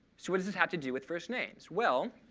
so what does this have to do with first names? well,